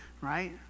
right